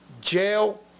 jail